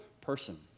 person